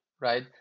right